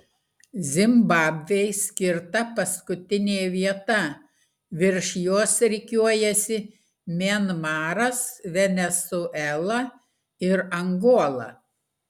zimbabvei skirta paskutinė vieta virš jos rikiuojasi mianmaras venesuela ir angola